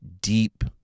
deep